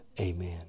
amen